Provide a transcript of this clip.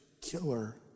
killer